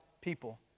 People